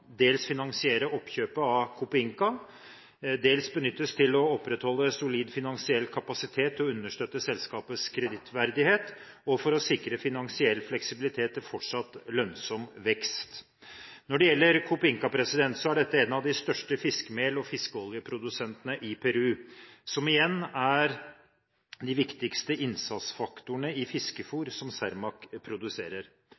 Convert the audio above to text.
dels finansiere oppkjøpet av Copeinca, dels benyttes til å opprettholde solid finansiell kapasitet til å understøtte selskapets kredittverdighet og for å sikre finansiell fleksibilitet til fortsatt lønnsom vekst. Når det gjelder Copeinca, er dette en av de største fiskemel- og fiskeoljeprodusentene i Peru, som igjen er de viktigste innsatsfaktorene i